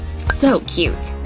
so cute!